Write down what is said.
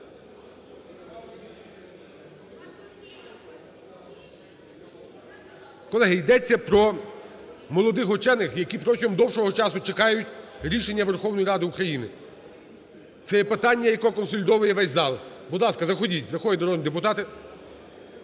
Колеги, йдеться про молодих учених, які протягом довгого часу чекають рішення Верховної Ради України. Це є питання, яке сконсолідує весь зал. Будь ласка, заходіть. Заходять народні депутати.